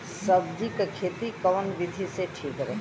सब्जी क खेती कऊन विधि ठीक रही?